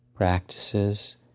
practices